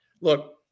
look